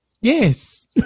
yes